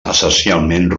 essencialment